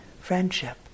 friendship